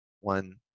one